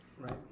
Right